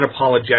unapologetic